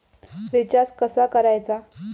Recharge कसा करायचा?